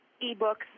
e-books